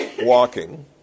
walking